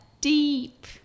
deep